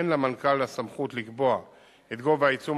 אין למנכ"ל הסמכות לקבוע את גובה העיצום